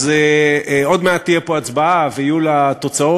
אז עוד מעט תהיה פה הצבעה ויהיו לה תוצאות.